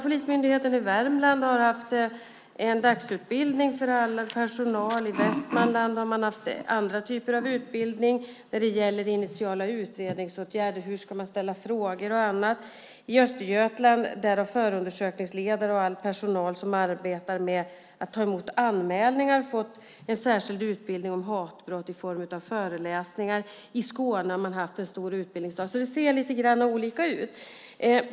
Polismyndigheten i Värmland har haft en dagsutbildning för all personal. I Västmanland har man haft andra typer av utbildningar om initiala utredningsåtgärder, hur man ska ställa frågor etcetera. I Östergötland har förundersökningsledare och all personal som arbetar med att ta emot anmälningar fått en särskild utbildning om hatbrott i form av föreläsningar. I Skåne har man också haft en stor utbildningsdag. Det ser alltså lite olika ut.